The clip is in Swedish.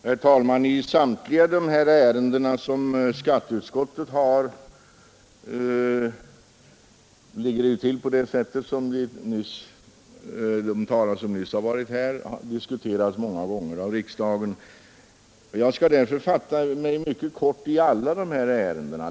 Herr talman! Samtliga de ärenden från skatteutskottet som nu föreligger har, som nyss nämndes av föregående talare i vad avser detta mycket kort i alla dessa ärenden.